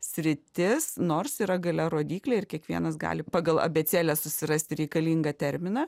sritis nors yra gale rodyklė ir kiekvienas gali pagal abėcėlę susirasti reikalingą terminą